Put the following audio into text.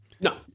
No